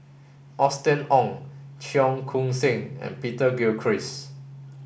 Austen Ong Cheong Koon Seng and Peter Gilchrist